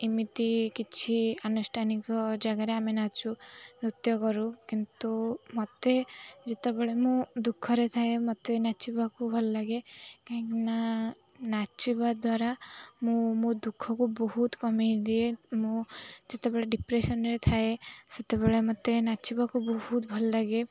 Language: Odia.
ଏମିତି କିଛି ଆନୁଷ୍ଠାନିକ ଜାଗାରେ ଆମେ ନାଚୁ ନୃତ୍ୟ କରୁ କିନ୍ତୁ ମୋତେ ଯେତେବେଳେ ମୁଁ ଦୁଃଖରେ ଥାଏ ମୋତେ ନାଚିବାକୁ ଭଲ ଲାଗେ କାହିଁକିନା ନାଚିବା ଦ୍ୱାରା ମୁଁ ମୋ ଦୁଃଖକୁ ବହୁତ କମେଇ ଦିଏ ମୁଁ ଯେତେବେଳେ ଡିପ୍ରେସନ୍ରେ ଥାଏ ସେତେବେଳେ ମୋତେ ନାଚିବାକୁ ବହୁତ ଭଲ ଲାଗେ